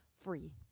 free